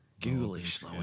ghoulish